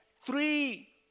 three